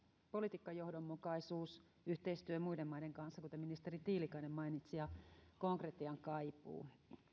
politiikkajohdonmukaisuus yhteistyö muiden maiden kanssa kuten ministeri tiilikainen mainitsi ja konkretian kaipuu